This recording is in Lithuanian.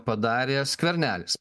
padarė skvernelis